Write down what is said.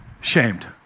shamed